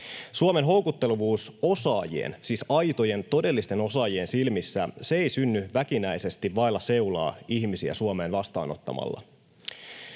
Suomen houkuttelevuus osaajien, siis aitojen todellisten osaajien, silmissä ei synny väkinäisesti vailla seulaa ihmisiä Suomeen vastaanottamalla.